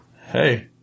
Hey